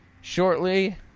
shortly